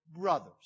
brothers